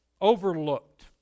overlooked